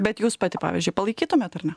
bet jūs pati pavyzdžiui palaikytumėt ar ne